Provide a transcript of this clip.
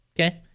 okay